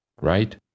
right